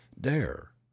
Dare